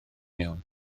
iawn